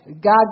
God